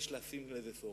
יש לשים לזה סוף.